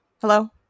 hello